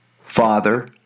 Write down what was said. Father